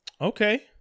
Okay